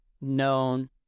known